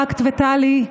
אקט ותל"י,